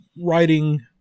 writing